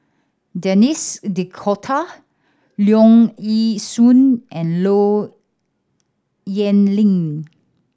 Denis D'Cotta Leong Yee Soo and Low Yen Ling